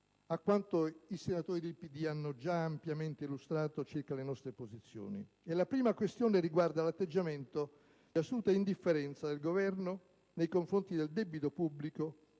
a quanto i senatori del PD hanno già ampiamente illustrato circa le nostre posizioni. La prima questione riguarda l'atteggiamento di assoluta indifferenza del Governo nei confronti del debito pubblico,